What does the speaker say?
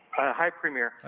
hi, premier.